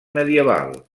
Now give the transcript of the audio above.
medieval